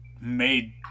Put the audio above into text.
made